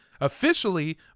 Officially